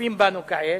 שצופים בנו כעת,